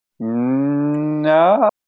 No